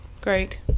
Great